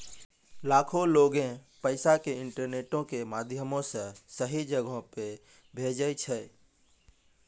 लाखो लोगें पैसा के इंटरनेटो के माध्यमो से सही जगहो पे भेजै छै